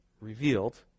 revealed